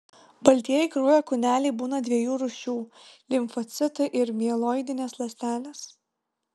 baltieji kraujo kūneliai būna dviejų rūšių limfocitai ir mieloidinės ląstelės